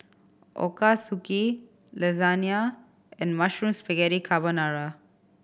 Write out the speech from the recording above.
Ochazuke Lasagna and Mushroom Spaghetti Carbonara